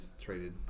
traded